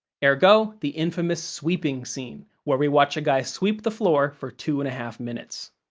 ergo, the infamous sweeping scene, where we watch a guy sweep the floor for two-and-a-half minutes.